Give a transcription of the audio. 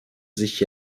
sich